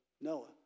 Noah